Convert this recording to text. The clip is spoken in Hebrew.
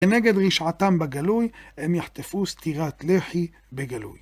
כנגד רשעתם בגלוי, הם יחטפו סטירת לחי בגלוי.